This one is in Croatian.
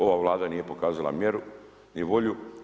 Ova Vlada nije pokazala mjeru ni volju.